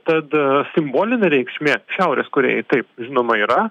tad simbolinė reikšmė šiaurės korėjai taip žinoma yra